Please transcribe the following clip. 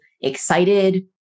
excited